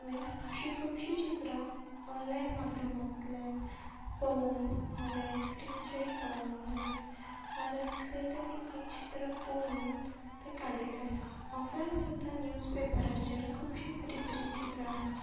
हांवें अशीं खुबशी चित्रां ऑनलायन माध्यमांतल्यान पळोवन लेस्नस्क्रीनचेर पळोवन नाल्यार आरक खंय तरी एक चित्र पळोवन तें काडिल्लें आसा ऑफलायन सुद्दां निवज पेपराचेर खूबशी बरी बरी चित्रां आसता